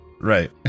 Right